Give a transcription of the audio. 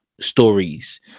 stories